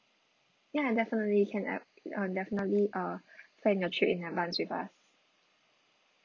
ya definitely can uh uh can definitely uh plan your trip in advance with us